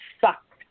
sucked